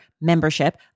membership